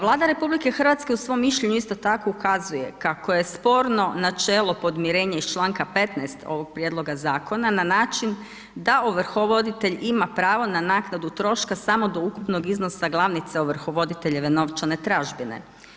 Vlada Republike Hrvatske u svom mišljenju isto tako ukazuje kako je sporno načelo podmirenje iz članka 15. ovoga Prijedloga zakona na način da ovrhovoditelj ima pravo na naknadu troškova samo do ukupnog iznosa glavnice ovrhovoditeljeve novčane tražbine.